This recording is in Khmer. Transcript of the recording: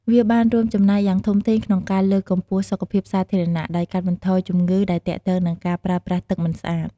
វាបានរួមចំណែកយ៉ាងធំធេងក្នុងការលើកកម្ពស់សុខភាពសាធារណៈ ដោយកាត់បន្ថយជំងឺដែលទាក់ទងនឹងការប្រើប្រាស់ទឹកមិនស្អាត។